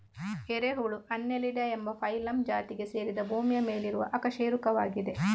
ಎರೆಹುಳು ಅನ್ನೆಲಿಡಾ ಎಂಬ ಫೈಲಮ್ ಜಾತಿಗೆ ಸೇರಿದ ಭೂಮಿಯ ಮೇಲಿರುವ ಅಕಶೇರುಕವಾಗಿದೆ